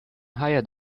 higher